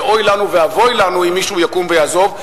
שאוי לנו ואבוי לנו אם מישהו יקום ויעזוב.